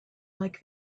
like